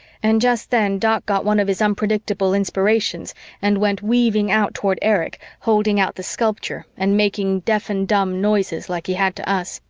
and just then doc got one of his unpredictable inspirations and went weaving out toward erich, holding out the sculpture and making deaf-and-dumb noises like he had to us.